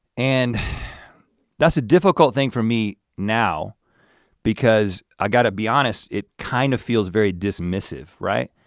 and that's a difficult thing for me now because i gotta be honest, it kind of feels very dismissive, right?